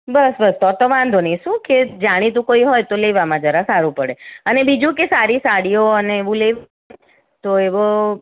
બસ બસ તો તો વાંધો નઇ શું કે જાણીતું કોઈ હોય તો લેવામાં જરા સારું પડે અને બીજું કે સારી સાડીઓ અને એવું લેવું તો એવો